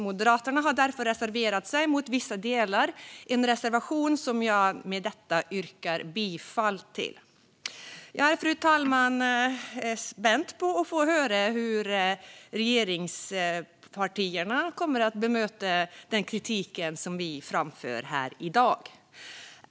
Moderaterna har därför reserverat sig mot vissa delar, och jag yrkar bifall till den reservationen. Fru talman! Jag är spänd på att få höra hur regeringspartierna kommer att bemöta den kritik som vi framför här i dag.